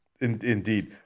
indeed